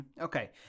okay